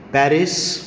Paris